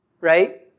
Right